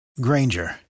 Granger